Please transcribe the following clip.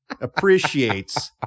appreciates